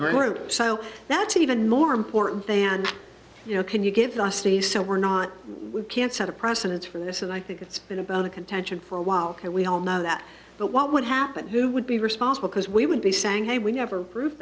group so that's even more important than you know can you give us the so we're not we can't set a precedent for this and i think it's been a bone of contention for a while and we all know that but what would happen who would be responsible because we would be sang a we never gro